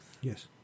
Yes